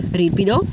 ripido